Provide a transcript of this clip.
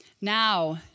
now